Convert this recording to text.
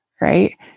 right